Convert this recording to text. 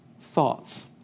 thoughts